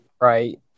right